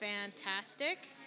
fantastic